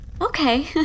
Okay